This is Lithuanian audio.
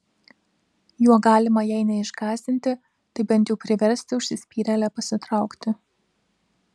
juo galima jei neišgąsdinti tai bent jau priversti užsispyrėlę pasitraukti